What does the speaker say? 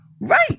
right